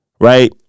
Right